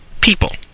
people